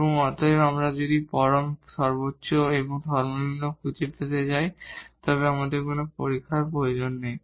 এবং অতএব আমরা যদি এক্সট্রিমা মাক্সিমাম মিনিমাম খুঁজে পেতে চাই তবে আর কোন পরীক্ষার প্রয়োজন নেই